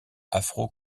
afro